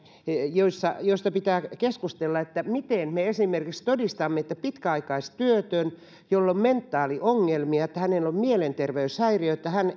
joista pitää keskustella kuten esimerkiksi se miten me todistamme että pitkäaikaistyöttömällä jolla on mentaaliongelmia on mielenterveyshäiriö ja hän